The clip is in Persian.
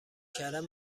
کردن